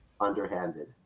underhanded